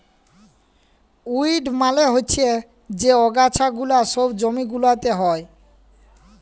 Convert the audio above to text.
weed মালে হচ্যে যে আগাছা গুলা সব জমি গুলাতে হ্যয়